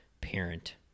parent